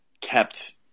kept